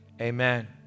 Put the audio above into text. Amen